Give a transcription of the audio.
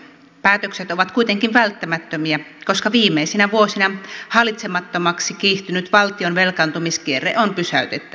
päätökset ovat kuitenkin välttämättömiä koska viimeisinä vuosina hallitsemattomaksi kiihtynyt valtion velkaantumiskierre on pysäytettävä